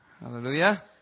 Hallelujah